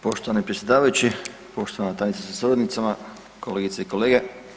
Poštovani predsjedavajući, poštovana tajnice sa suradnicama, kolegice i kolege.